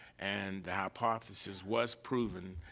and the hypothesis was proven,